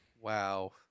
Wow